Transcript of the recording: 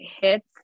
hits